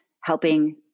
helping